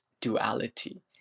duality